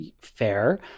fair